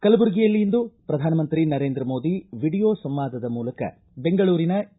ಕಲಬುರಗಿಯಲ್ಲಿ ಇಂದು ಪ್ರಧಾನಮಂತ್ರಿ ನರೇಂದ್ರ ಮೋದಿ ವಿಡಿಯೋ ಸಂವಾದದ ಮೂಲಕ ಬೆಂಗಳೂರಿನ ಇ